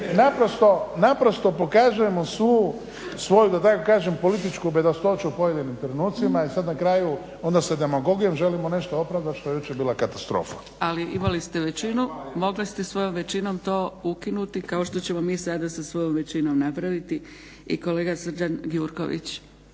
naprosto pokazujemo svu svoju da tako kažem političku bedastoću u pojedinim trenutcima, i sad na kraju onda sa demagogijom želimo nešto opravdati što je jučer bila katastrofa. **Zgrebec, Dragica (SDP)** Ali imali ste većinu, mogli ste svojom većinom to ukinuti kao što ćemo mi sada sa svojom većinom napraviti. I kolega Srđan Gjurković.